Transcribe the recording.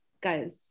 Guys